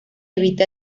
evita